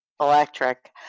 electric